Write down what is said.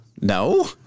No